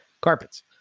carpets